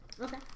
Okay